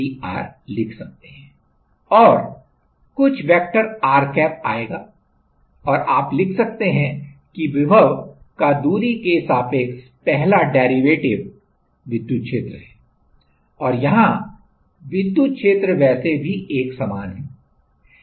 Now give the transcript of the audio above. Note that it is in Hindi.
और कुछ वेक्टर r कैप आएगा और आप लिख सकते हैं कि विभव का दूरी के सापेक्ष पहला डेरिवेटिव संदर्भ समय 1753 विद्युत क्षेत्र है और यहां विद्युत क्षेत्र वैसे भी एक समान है